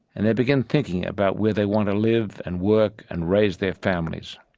and they begin thinking about where they want to live and work and raise their families.